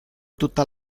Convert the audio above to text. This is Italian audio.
tutta